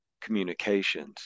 communications